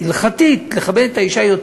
הלכתית לכבד את האישה יותר.